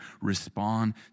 respond